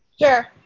Sure